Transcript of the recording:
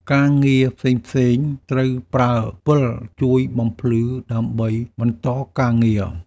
ការងារផ្សេងៗ ត្រូវប្រើពិលជួយបំភ្លឺដើម្បីបន្តការងារ។